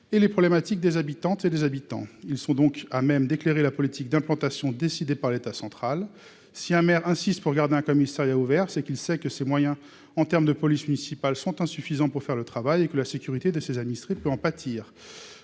et les problématiques des habitantes et des habitants, ils sont donc à même d'éclairer la politique d'implantation décidée par l'État central, si un maire insiste pour garder un commissariat ouvert c'est qu'il sait que ses moyens en terme de police municipale sont insuffisants pour faire le travail et que la sécurité de ses administrés peut en pâtir